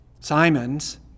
Simon's